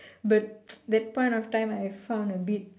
but that point of time I found a bit